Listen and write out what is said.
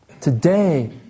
Today